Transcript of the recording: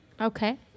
Okay